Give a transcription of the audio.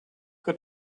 got